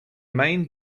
main